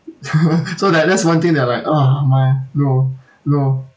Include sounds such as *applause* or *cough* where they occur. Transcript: *laughs* so that~ that's one thing that I like ah my no no